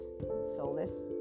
soulless